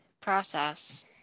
process